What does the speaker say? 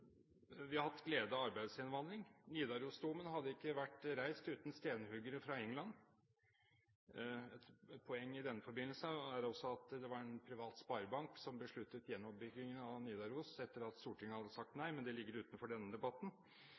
vi hatt glede av arbeidsinnvandring. Nidarosdomen hadde ikke vært reist uten stenhuggere fra England. Et poeng i denne forbindelse er også at det var en privat sparebank som besluttet gjenoppbyggingen av Nidaros etter at Stortinget hadde sagt nei, men det ligger utenfor denne debatten.